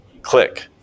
click